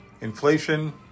inflation